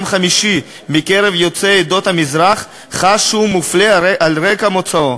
חמישי מקרב יוצאי עדות המזרח חש שהוא מופלה על רקע מוצאו.